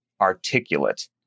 articulate